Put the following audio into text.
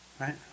right